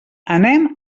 anem